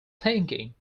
thinking